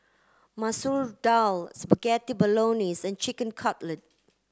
Masoor Dal Spaghetti Bolognese and Chicken Cutlet